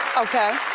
okay,